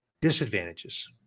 disadvantages